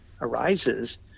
arises